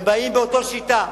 הם באים באותה שיטה.